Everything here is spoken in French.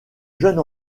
jeune